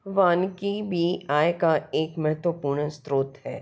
वानिकी भी आय का एक महत्वपूर्ण स्रोत है